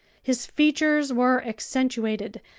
his features were accentuated,